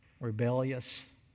rebellious